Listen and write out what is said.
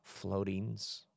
floatings